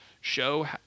show